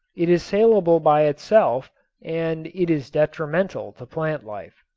it is salable by itself and it is detrimental to plant life.